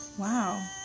Wow